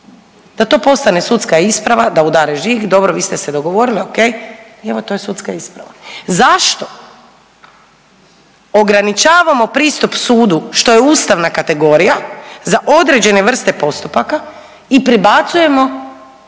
da to postane sudska isprava da udari žig, dobo vi ste se dogovorili o.k. I evo to je sudska isprava. Zašto ograničavamo pristup sudu što je ustavna kategorija za određene vrste postupaka i prebacujemo